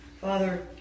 Father